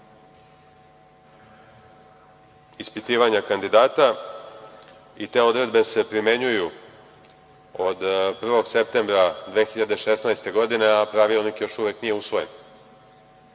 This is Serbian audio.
ispitivanja kandidata i te odredbe se primenjuju od 1. septembra 2016. godine, a Pravilnik još uvek nije usvojen?